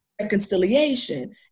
reconciliation